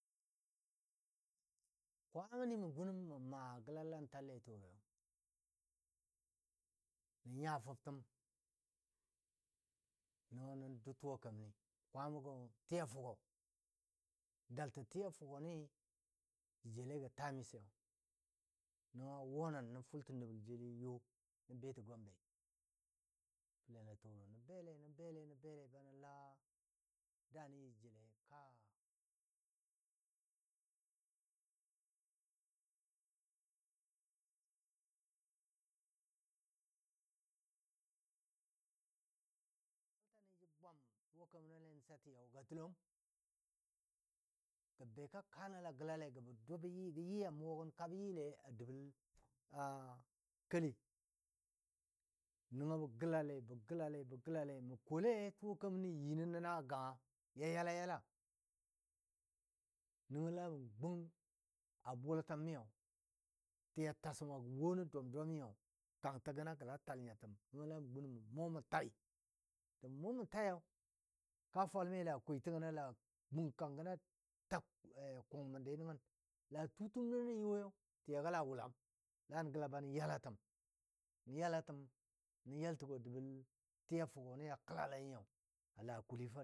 Kwamani mə gun mə maa gəlalantalle a toroi nən nya fəbtəm nəngo nə də tuwa keməni kwamagɔ n tiya fʊgo. daltɔ tiya. fʊgɔ ni jə jele gə tamis yo məngɔ awo nən nənfʊltə nəbəl jeli yo nə betə gombei fəlen a toro nən bele nən bale nən bele banən la dani jə jale ka lɔɔ ayila jə jegə go panshanu a daago ba nən lai you nəngɔ nʊ məg tʊwa kemən nɔ lei sʊwali gɔ gwalta ni ja bwam tʊwa kemən nɔ lei disa tii ga tʊlɔm beka kaa nən ya gəla le gə bə də bə yi a mugo gən kabə yile a kali nəngo be gəlale bəgalale bə gala le mən kɔ le tʊwa kaməni yi nən nən a ganga ya yalla yalla nəngo la məm gun a bulatəm miyo tiya tasima gɔ nən dom domi nyo kanungəno a gəla tal nya təm nəngo la mə gun mə mu mən tai mə mu mə tai nəngo la kaa fwalmi la koi tə gən la gun kangtəgənɔ a ta kun məndi gəngnən la t kun məndi tutəm nən yoi nyo tiya ga la wʊlam la gəla ba nən yal a təm ba nən lai atəmi nyo la ba nən yaltəgo a dəbəl tiya fʊgɔ ni gəm a kəlala nyi la akʊli.